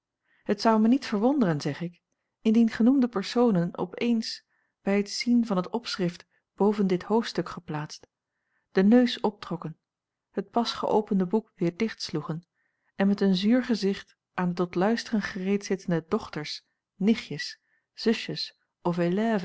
het zou mij niet verwonderen zeg ik indien genoemde personen op eens bij het zien van het opschrift boven dit hoofdstuk geplaatst den neus optrokken het pas geöpende boek weêr dichtsloegen en met een zuur gezicht aan de tot luisteren gereed zittende dochters nichtjes zusjes